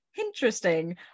Interesting